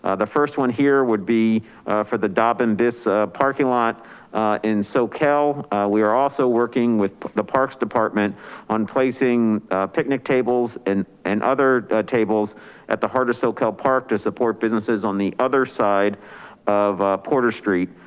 ah the first one here would be for the daubenbiss parking lot in soquel, we are also working with the parks department on placing picnic tables and and other tables at the heart of soquel park to support businesses on the other side of porter street.